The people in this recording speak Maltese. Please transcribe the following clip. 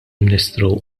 ministru